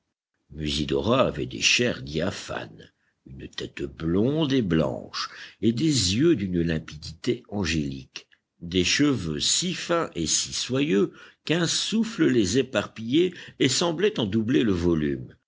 musidora avait des chairs diaphanes une tête blonde et blanche et des yeux d'une limpidité angélique des cheveux si fins et si soyeux qu'un souffle les éparpillait et semblait en doubler le volume